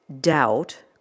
doubt